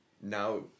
now